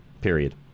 period